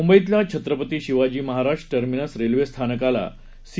मुंबईतील Chhatrapati Shivaji Maharaj terminus railway स्थानकाला C